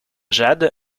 jade